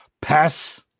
pass